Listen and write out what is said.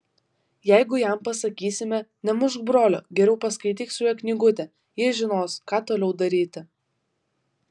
jeigu jam pasakysime nemušk brolio geriau paskaityk su juo knygutę jis žinos ką toliau daryti